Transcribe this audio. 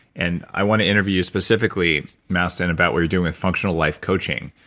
and i want to interview you specifically, mastin, about what you're doing with functional life coaching,